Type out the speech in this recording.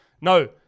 no